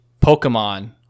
Pokemon